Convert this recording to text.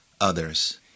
others